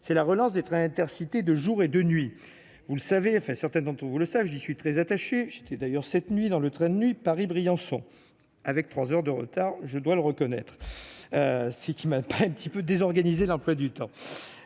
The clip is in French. c'est la relance des trains Intercités de jour et de nuit, vous le savez, fait certainement, on vous le savent, j'y suis très attaché, j'étais d'ailleurs cette nuit dans le train de nuit Paris-Briançon avec 3 heures de retard, je dois le reconnaître : ce qui m'attend un petit peu désorganisée, l'emploi du temps,